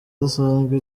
idasanzwe